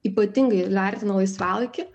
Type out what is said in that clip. ypatingai vertina laisvalaikį